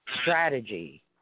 strategy